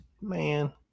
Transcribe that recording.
man